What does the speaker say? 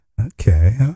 Okay